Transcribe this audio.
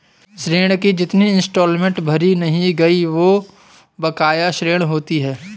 ऋण की जितनी इंस्टॉलमेंट भरी नहीं गयी वो बकाया ऋण होती है